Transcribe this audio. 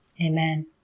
Amen